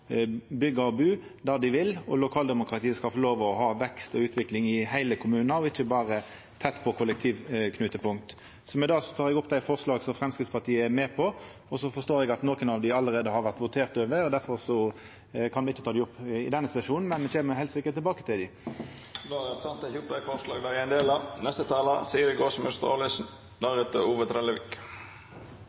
ha vekst og utvikling i heile kommunen, ikkje berre tett på kollektivknutepunkt. Med det tek eg opp dei forslaga som Framstegspartiet er med på. Så forstår eg at nokre av dei allereie har vore votert over, og difor kan me ikkje ta dei opp i denne sesjonen. Men me kjem heilt sikkert tilbake til dei. Representanten Helge André Njåstad har teke opp dei forslaga han refererte til. I henhold til plan- og bygningsloven er